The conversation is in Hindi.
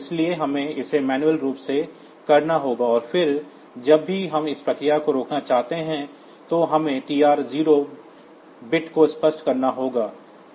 इसलिए हमें इसे मैन्युअल रूप से करना होगा और फिर जब भी हम प्रक्रिया को रोकना चाहते हैं तो हमें TR0 बिट को स्पष्ट करना होगा